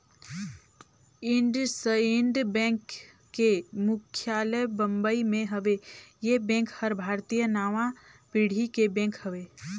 IndusInd bank के मुख्यालय बंबई मे हेवे, ये बेंक हर भारतीय नांवा पीढ़ी के बेंक हवे